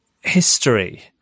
history